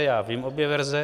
Já vím obě verze.